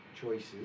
choices